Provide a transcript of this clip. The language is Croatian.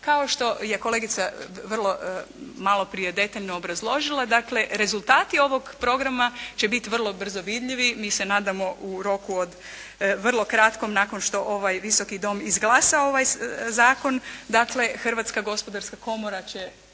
Kao što je kolegica vrlo, malo prije detaljno obrazložila. Dakle rezultati ovog programa će biti vrlo brzo vidljivi. Mi se nadamo u roku od, vrlo kratkom, nakon što ovaj Visoki dom izglasa ovaj zakon. Dakle Hrvatska gospodarska komora će